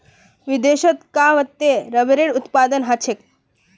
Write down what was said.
विदेशत कां वत्ते रबरेर उत्पादन ह छेक